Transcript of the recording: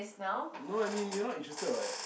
no I mean you're not interested what